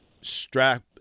strap